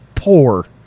Poor